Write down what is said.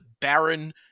Baron